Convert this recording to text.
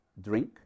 drink